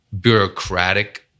bureaucratic